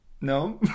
No